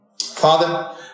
Father